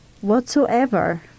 whatsoever